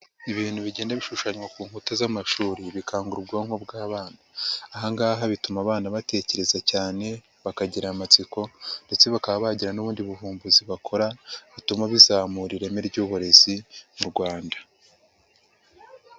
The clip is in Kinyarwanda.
Ibintu bigenda bishushanywa ku nkuta z'amashuri bikangura ubwonko bw'abana, aha ngaha bituma abana batekereza cyane bakagira amatsiko ndetse bakaba bagira n'ubundi buvumbuzi bakora bituma bizamura ireme ry'uburezi mu Rwanda.